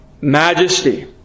majesty